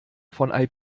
von